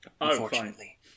unfortunately